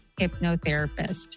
hypnotherapist